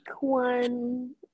one